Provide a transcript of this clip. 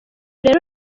rero